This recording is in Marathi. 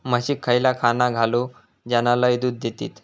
म्हशीक खयला खाणा घालू ज्याना लय दूध देतीत?